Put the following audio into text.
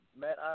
Matt